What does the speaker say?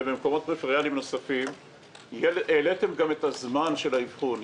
ובמקומות פריפריאליים נוספים העליתם גם את זמן האבחון.